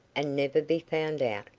and never be found out.